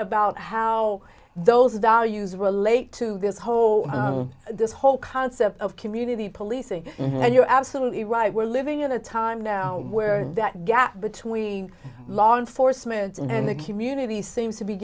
about how those values relate to this whole this whole concept of community policing and you're absolutely right we're living in a time now where that gap between law enforcement and the community seems to be